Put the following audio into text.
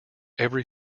every